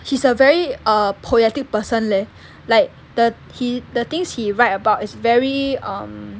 he's a very err poetic person leh like the he the things he write about is very um